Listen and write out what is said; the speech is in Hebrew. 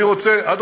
נא לסיים, אדוני.